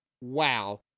wow